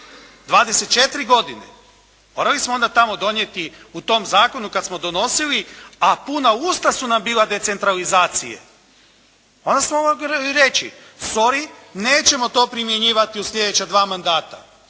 24 godine? Morali smo onda tamo donijeti u tom zakonu kad smo donosili, a puna usta su nam bila decentralizacije. Onda smo mogli reći, sorry nećemo to primjenjivati u slijedeća dva mandata.